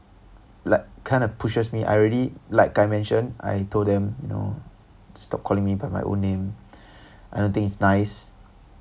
like kind of pushes me I already like I mentioned I told them you know stop calling by my old name I don't think it's nice